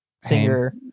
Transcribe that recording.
singer